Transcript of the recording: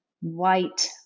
white